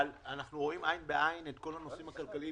אבל אנחנו רואים עין בעין את כל הנושאים הכלכליים.